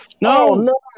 No